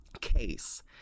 case